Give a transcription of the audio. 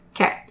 Okay